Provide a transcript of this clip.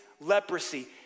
leprosy